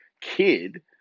kid